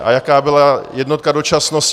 A jaká byla jednotka dočasnosti?